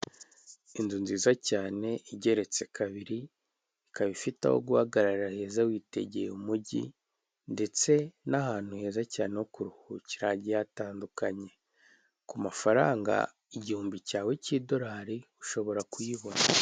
Inzu nziza cyane igeretse kabiri ikaba ifite aho guhagarara heza witegeye umugi ndetse n'ahantu heza cyane ho kuruhukira igihe hatandukanye ku mafaranga igihumbi cyawe cy'idorari ushobora kuyibona.